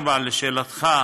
4. לשאלתך,